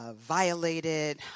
violated